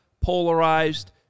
polarized